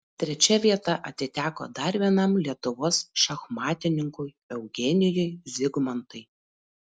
trečia vieta atiteko dar vienam lietuvos šachmatininkui eugenijui zigmantai